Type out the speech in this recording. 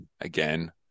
again